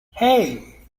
hey